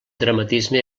dramatisme